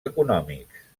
econòmics